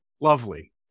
lovely